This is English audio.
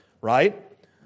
right